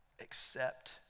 accept